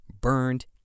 burned